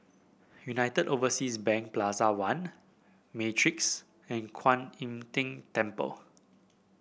United Overseas Bank Plaza One Matrix and Kuan Im Tng Temple